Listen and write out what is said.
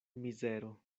mizero